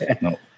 no